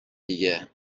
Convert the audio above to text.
دیگه